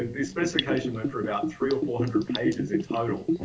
the specification for about three or four hundred pages in total.